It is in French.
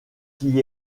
qui